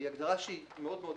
היא הגדרה מאוד כללית,